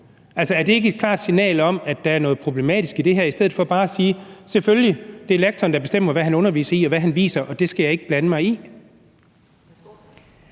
er det ikke et klart signal om, at der er noget problematisk i det her, i stedet for bare at sige: Det er selvfølgelig lektoren, der bestemmer, hvad han underviser i, og hvad han viser, og det skal jeg ikke blande mig i?